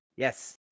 Yes